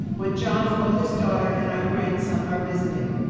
when john's oldest daughter and our grandson are visiting.